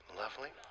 lovely